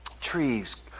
trees